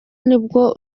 nibwo